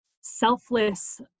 selfless